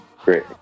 Great